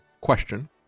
question